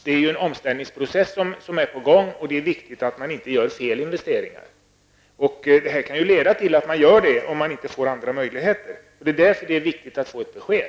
Det är en omställningsprocess på gång, och det är viktigt att man inte gör fel investeringar. Det här kan ju leda till att man gör det om man inte får andra möjligheter. Det är därför det är viktigt att få ett besked.